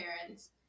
parents